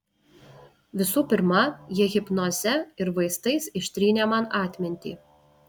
visų pirma jie hipnoze ir vaistais ištrynė man atmintį